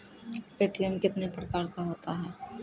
ATM कितने प्रकार का होता हैं?